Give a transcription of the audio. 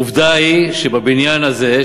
עובדה היא שבבניין הזה,